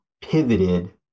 pivoted